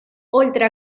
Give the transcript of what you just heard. oltre